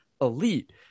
elite